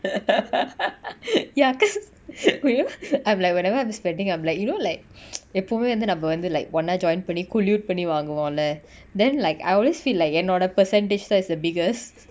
ya cause !aiyo! I'm like whenever I'm spending like you know like எப்போவுமே வந்து நம்ம வந்து:eppovume vanthu namma vanthu like ஒன்னா:onnaa joint பன்னி:panni clued பன்னி வாங்குவோல:panni vaanguvola then like I always feel like என்னோட:ennoda percentage thought is the biggest